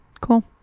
cool